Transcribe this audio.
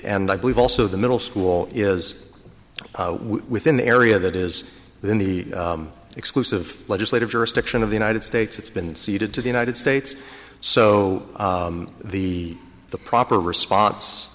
and i believe also the middle school is within the area that is within the exclusive legislative jurisdiction of the united states it's been ceded to the united states so the the proper response